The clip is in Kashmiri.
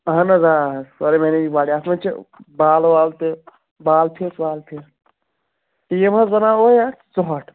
اَہَن حظ آ سٲری بَنے یہِ واریاہ اَصٕل اتھ حظ چھِ بال وال بال تہٕ بال فیٖس وال فیٖس ٹیٖم حظ بَناوہو أسۍ سٔمارٹ